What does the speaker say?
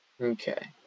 Okay